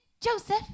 Joseph